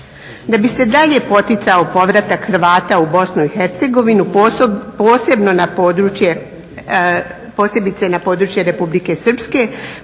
Da bi se dalje poticao povratak Hrvata u BiH posebice na područje Republike Srpske